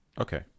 Okay